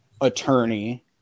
attorney